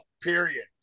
period